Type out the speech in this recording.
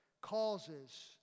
causes